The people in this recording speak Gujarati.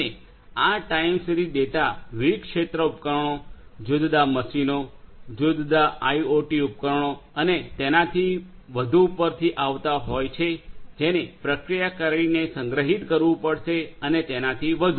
અને આ ટાઇમ સિરીઝ ડેટા વિવિધ ક્ષેત્ર ઉપકરણો જુદા જુદા મશીનો જુદા જુદા આઇઓટી ઉપકરણો અને તેનાથી વધુ પરથી આવતા હોય છે જેને પ્રક્રિયા કરીને સંગ્રહિત કરવું પડશે અને તેનાથી વધુ